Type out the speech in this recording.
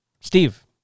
Steve